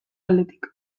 aldetik